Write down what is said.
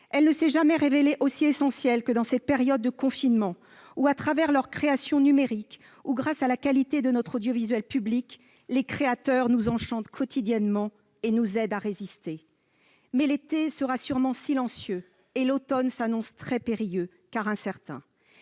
culture ne s'est jamais révélée aussi essentielle que dans cette période de confinement : au travers de leurs créations numériques et grâce à la qualité de notre audiovisuel public, les créateurs nous enchantent quotidiennement et nous aident à résister. Mais l'été sera sûrement silencieux et l'automne s'annonce très périlleux, car incertain.